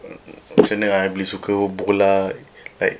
macam mana I boleh suka bola like